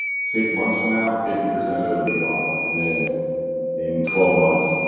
six months from now fifty percent of it will be gone and then in twelve months,